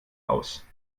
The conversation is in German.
aus